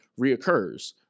reoccurs